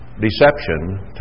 deception